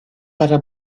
para